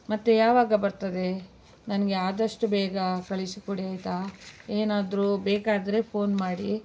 ಮತ್ತೆ ಯಾವಾಗ ಬರ್ತದೆ ನನಗೆ ಆದಷ್ಟು ಬೇಗ ಕಳಿಸಿಕೊಡಿ ಆಯಿತಾ ಏನಾದರೂ ಬೇಕಾದರೆ ಫೋನ್ ಮಾಡಿ